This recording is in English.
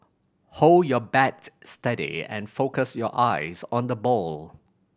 hold your bat steady and focus your eyes on the ball